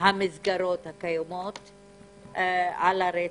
המסגרות הקיימות על הרצף,